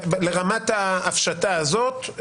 לרמת ההפשטה הזאת,